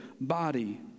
body